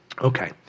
Okay